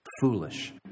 foolish